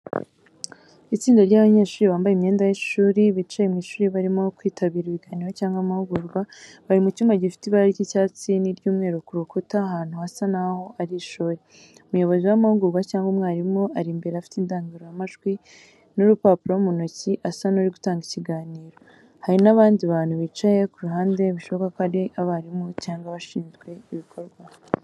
Itsinda ry'abanyeshuri bambaye imyenda y'ishuri, bicaye mu ishuri barimo kwitabira ibiganiro cyangwa amahugurwa. Bari mu cyumba gifite ibara ry’icyatsi n’iry’umweru ku rukuta ahantu hasa naho ari ishuri. Umuyobozi w'amahugurwa cyangwa umwarimu ari imbere afite indangururamajwi n’urupapuro mu ntoki asa n’uri gutanga ikiganiro. Hari n’abandi bantu bicaye ku ruhande bishoboka ko ari abarimu cyangwa abashinzwe ibikorwa.